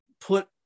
put